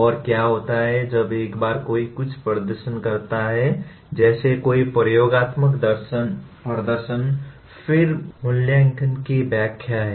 और क्या होता है जब एक बार कोई कुछ प्रदर्शन करता है जैसे कोई प्रयोगात्मक प्रदर्शन फिर मूल्यांकन मूल्यांकन की व्याख्या है